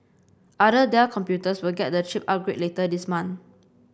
other Dell computers will get the chip upgrade later this month